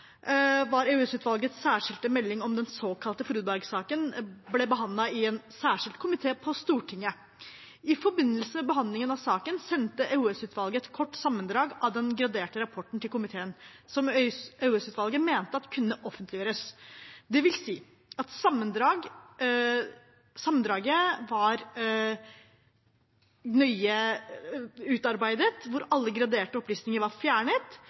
særskilte melding om den såkalte Frode Berg-saken behandlet i en særskilt komité på Stortinget. I forbindelse med behandlingen av saken sendte EOS-utvalget et kort sammendrag av den graderte rapporten til komiteen, som EOS-utvalget mente kunne offentliggjøres, dvs. at sammendraget var nøye utarbeidet ved at alle graderte opplysninger var fjernet,